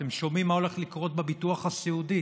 אתם שומעים מה הולך לקרות בביטוח הסיעודי?